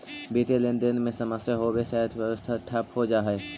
वित्तीय लेनदेन में समस्या होवे से अर्थव्यवस्था ठप हो जा हई